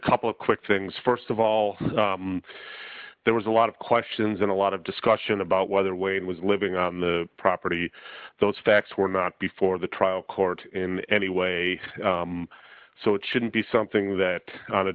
couple of quick things st of all there was a lot of questions and a lot of discussion about whether wayne was living on the property those facts were not before the trial court in any way so it shouldn't be something that